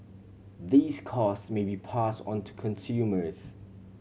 these cost may be pass on to consumers